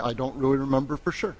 don't really remember for sure